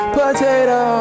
potato